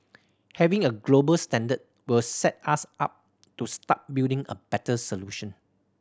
having a global standard will set us up to start building a better solution